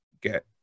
get